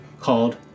called